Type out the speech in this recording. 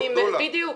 בדיוק.